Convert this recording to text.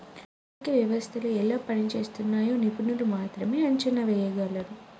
ఆర్థిక వ్యవస్థలు ఎలా పనిజేస్తున్నయ్యో నిపుణులు మాత్రమే అంచనా ఎయ్యగలరు